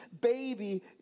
baby